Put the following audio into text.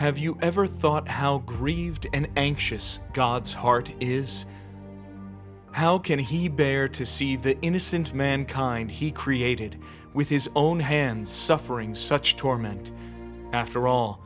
have you ever thought how grieved and anxious god's heart is how can he bear to see the innocent mankind he created with his own hand suffering such torment after all